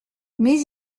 mais